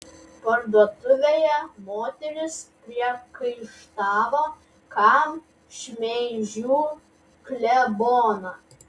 parduotuvėje moterys priekaištavo kam šmeižiu kleboną